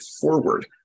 forward